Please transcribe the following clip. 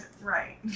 Right